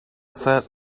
said